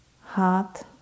heart